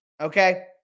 okay